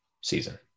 season